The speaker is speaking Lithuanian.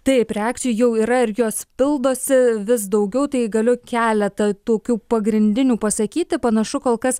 taip reakcijų jau yra ir jos pildosi vis daugiau tai galiu keletą tokių pagrindinių pasakyti panašu kol kas